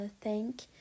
thank